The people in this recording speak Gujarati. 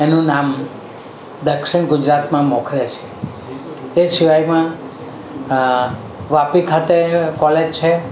એનું નામ દક્ષિણ ગુજરાતમાં મોખરે છે એ સિવાયમાં વાપી ખાતે કોલેજ છે